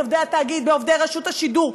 את עובדי התאגיד בעובדי רשות השידור,